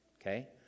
okay